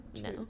No